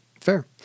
Fair